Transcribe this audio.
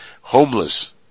homeless